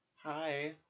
Hi